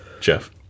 Jeff